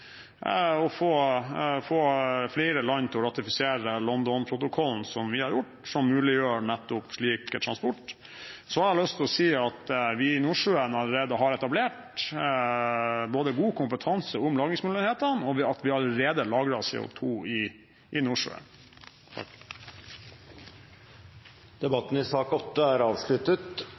å få flere land til å ratifisere London-protokollen, som vi har gjort, som muliggjør nettopp slik transport. Så har jeg lyst til å si at vi i Nordsjøen allerede har etablert god kompetanse om lagringsmulighetene, og vi har allerede lagret CO2 i Nordsjøen. Debatten i